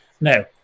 no